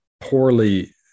poorly